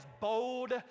bold